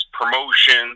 promotions